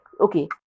okay